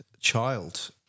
child